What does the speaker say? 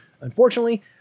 unfortunately